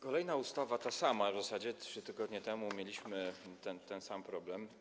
Kolejna ustawa, ta sama w zasadzie - 3 tygodnie temu mieliśmy ten sam problem.